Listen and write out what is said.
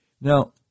Now